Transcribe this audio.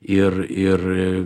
ir ir